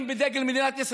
זה,